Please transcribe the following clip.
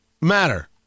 matter